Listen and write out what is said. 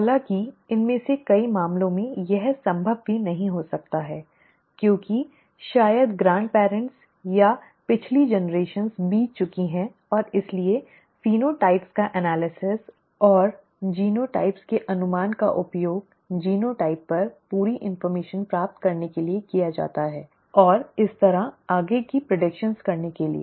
हालाँकि इनमें से कई मामलों में यह संभव भी नहीं हो सकता है क्योंकि शायद दादा दादी और पिछली पीढ़ियां बीत चुकी हैं और इसलिए फेनोटाइप्स का विश्लेषण और जीनोटाइप के अनुमान का उपयोग जीनोटाइप पर पूरी जानकारी प्राप्त करने के लिए किया जाता है और इस तरह आगे की भविष्यवाणी करने के लिए